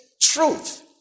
Truth